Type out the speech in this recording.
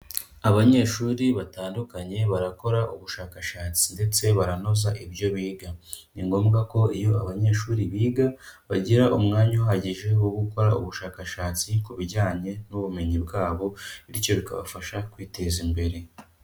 Abanyeshuri batandukanye barakora ubushakashatsi ndetse banoza ibyo biga, ni ngombwa ko iyo abanyeshuri biga bagira umwanya uhagije wo gukora ubushakashatsi ku bijyanye n'ubumenyi bwabo bityo bikabafasha kwiteza imbere.